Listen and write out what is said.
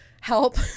help